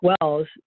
wells